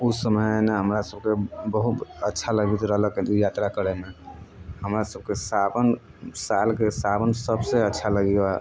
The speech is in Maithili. ओ समय ने हमरासभके बहुत अच्छा लगैत रहलक यात्रा करयमे हमरासभके सावन सालके सावन सभसँ अच्छा लगैए